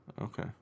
Okay